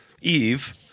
Eve